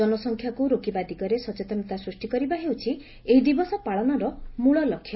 ଜନସଂଖ୍ୟାକୁ ରୋକିବା ଦିଗରେ ସଚେତନତା ସୃଷି କରିବା ହେଉଛି ଏହି ଦିବସ ପାଳନର ମିଳ ଲକ୍ଷ୍ୟ